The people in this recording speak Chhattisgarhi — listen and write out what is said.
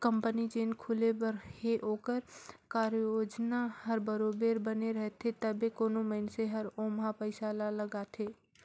कंपनी जेन खुले बर हे ओकर कारयोजना हर बरोबेर बने रहथे तबे कोनो मइनसे हर ओम्हां पइसा ल लगाथे